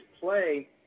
play